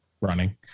running